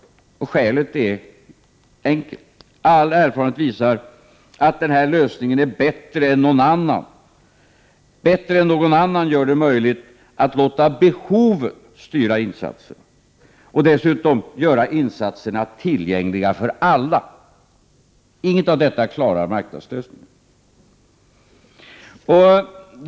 Skälet härtill är enkelt. All erfarenhet visar att denna lösning är bättre än någon annan, att den bättre än någon annan gör det möjligt att låta behoven styra insatserna och dessutom göra insatserna tillgängliga för alla. Marknadslösningar klarar inte något av detta.